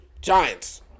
Giants